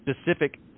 specific